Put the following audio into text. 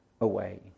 away